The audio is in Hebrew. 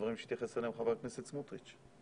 הדברים שהתייחס אליהם חבר הכנסת סמוטריץ'.